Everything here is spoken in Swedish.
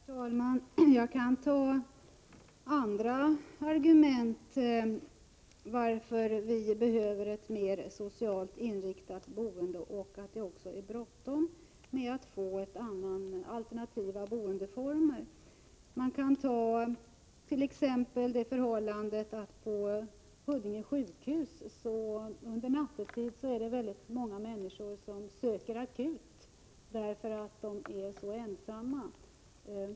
Herr talman! Jag kan anföra andra argument för att vi behöver ett mera socialt inriktat boende och att det är bråttom med att få till stånd alternativa boendeformer. Jag kan t.ex. nämna att det är många människor som söker akut på Huddinge sjukhus nattetid därför att de är så ensamma.